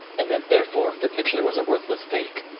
and that therefore the picture was a worthless fake.